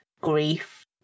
grief